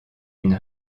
une